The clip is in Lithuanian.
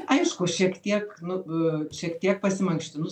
aišku šiek tiek nu šiek tiek pasimankštinus